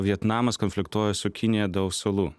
vietnamas konfliktuoja su kinija dėl salų